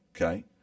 okay